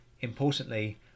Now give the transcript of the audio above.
importantly